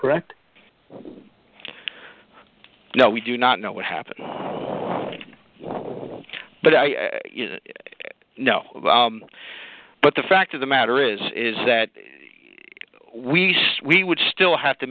correct no we do not know what happened but i know but the fact of the matter is is that we we would still have to